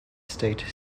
state